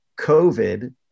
COVID